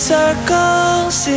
circles